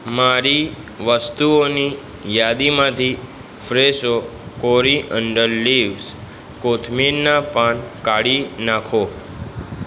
મારી વસ્તુઓની યાદીમાંથી ફ્રેશો કોરીઅન્ડર લિવ્સ કોથમીરનાં પાન કાઢી નાખો